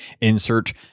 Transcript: Insert